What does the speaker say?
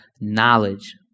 knowledge